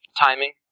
Timing